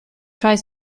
tries